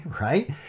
Right